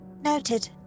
Noted